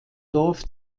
dorf